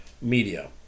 media